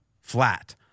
Flat